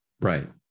right